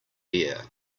bear